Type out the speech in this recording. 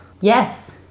Yes